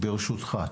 ברשותך.